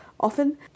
Often